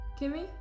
Kimmy